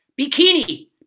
bikini